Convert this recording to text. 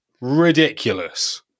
ridiculous